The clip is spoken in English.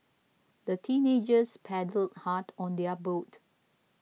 the teenagers paddled hard on their boat